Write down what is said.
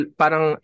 parang